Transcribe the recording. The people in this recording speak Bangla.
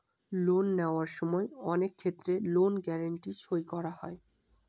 লোন নেওয়ার সময় অনেক ক্ষেত্রে লোন গ্যারান্টি সই করা হয়